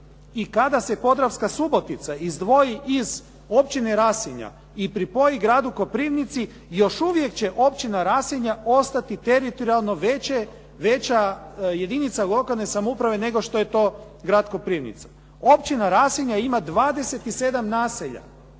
i kada se Podravska subotica izdvoji iz općine Rasinja i pripoji gradu Koprivnici još uvijek će općina Rasinja ostati teritorijalno veća jedinica lokalne samouprave nego što je to grad Koprivnica. Općina Rasinja ima 27 naselja.